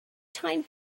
time